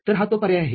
तर हा तो पर्याय आहे